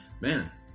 man